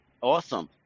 Awesome